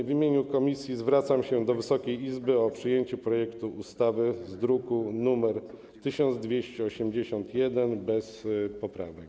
W imieniu komisji zwracam się do Wysokiej Izby o przyjęcie projektu ustawy z druku nr 1281 bez poprawek.